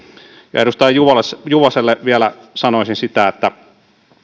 edustaja juvoselle vielä sanoisin sitä että